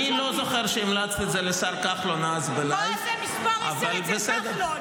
אני לא זוכר שהמלצת את זה אז לשר כחלון --- הייתי מס' עשר אצל כחלון,